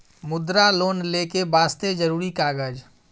मुद्रा लोन लेके वास्ते जरुरी कागज?